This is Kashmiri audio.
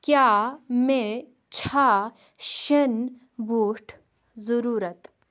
کیاہ مےٚ چھا شیٚن بوٗٹھ ضروٗرت ؟